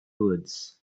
woods